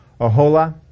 Ahola